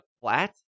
flat